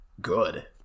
good